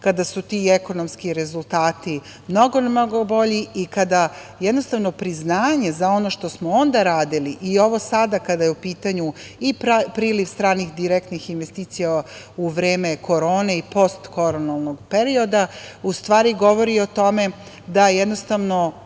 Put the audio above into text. kada su ti ekonomski rezultati mnogo bolji i kada priznanje za ono što smo onda radili i ovo sada kada je u pitanju i priliv stranih direktnih investicija u vreme korone i posle korone, u stvari govori o tome da oni